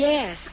Yes